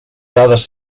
dades